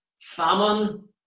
famine